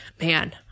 man